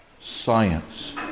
science